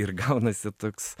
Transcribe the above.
ir gaunasi toks